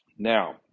Now